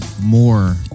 more